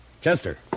Chester